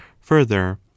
further